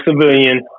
civilian